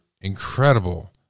incredible